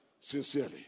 sincerely